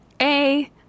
A-